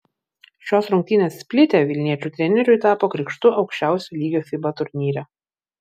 šios rungtynės splite vilniečių treneriui tapo krikštu aukščiausio lygio fiba turnyre